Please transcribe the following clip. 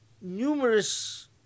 numerous